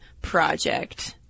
Project